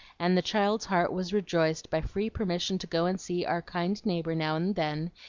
and the child's heart was rejoiced by free permission to go and see our kind neighbor now and then,